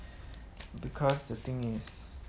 because the thing is